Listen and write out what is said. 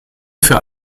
für